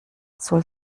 zoll